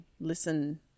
listen